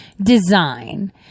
Design